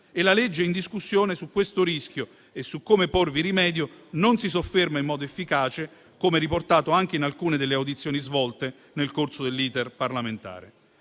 di legge in discussione su questo rischio e su come porvi rimedio non si sofferma in modo efficace, come riportato anche in alcune delle audizioni svolte nel corso dell'*iter* parlamentare.